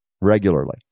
regularly